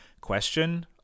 question